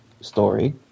story